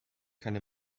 keine